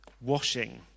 washing